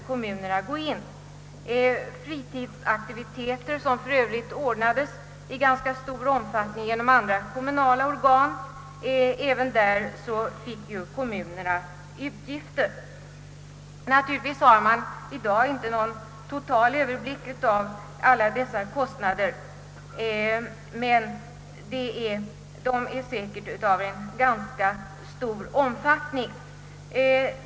Kommunerna fick även utgifter för fritidsaktiviteter som för övrigt ordnades i ganska stor omfattning genom andra kommunala organ. Naturligtvis har man i dag inte någon total överblick över alla dessa kostnader, men de är säkert ganska stora.